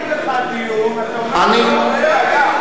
מציעים לך דיון איפה?